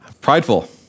Prideful